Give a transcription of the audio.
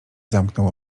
zamknął